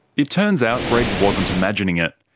it turns out greg wasn't imagining it.